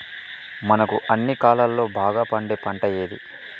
మనకు అన్ని కాలాల్లో బాగా పండే పంట ఏది?